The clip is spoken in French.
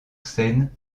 scène